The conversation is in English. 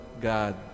God